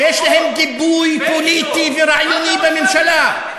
שיש להם גיבוי פוליטי ורעיוני בממשלה.